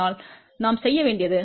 அதனால் நாம் செய்ய வேண்டியது 0